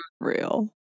real